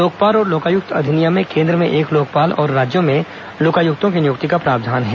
लोकपाल और लोकायुक्त अधिनियम में केंद्र में एक ॅलोकपाल और राज्यों में लोकायुक्तों की नियुक्ति का प्रावधान है